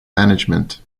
management